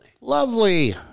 Lovely